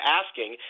asking